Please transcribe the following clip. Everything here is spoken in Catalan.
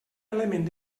element